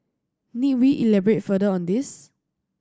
need we elaborate further on this